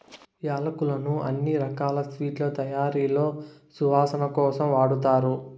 యాలక్కులను అన్ని రకాల స్వీట్ల తయారీలో సువాసన కోసం వాడతారు